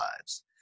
lives